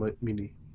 Mini